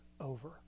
over